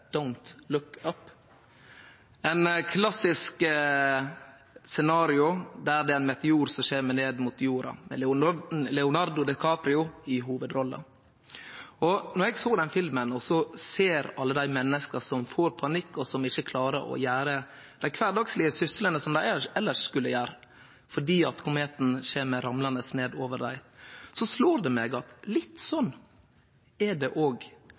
Det er eit klassisk scenario der ein meteor kjem ned mot jorda, med Leonardo DiCaprio i hovudrolla. Då eg såg den filmen og såg alle dei menneska som får panikk og ikkje klarar å gjere dei kvardagslege syslane dei elles skulle gjere, fordi kometen kjem ramlande ned over dei, slår det meg at litt sånn er det